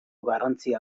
garrantzia